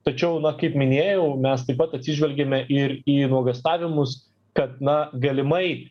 tačiau na kaip minėjau mes taip pat atsižvelgiame ir į nuogąstavimus kad na galimai